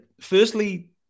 Firstly